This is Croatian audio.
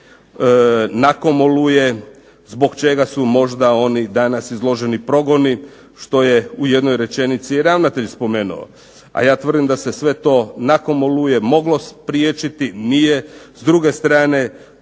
nakon "Oluje" zbog čega su možda oni danas izloženi progonu što je u jednoj rečenici i ravnatelj spomenuo, a ja tvrdim da se sve to nakon "Oluje" moglo spriječiti. S druge strane